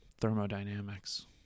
Thermodynamics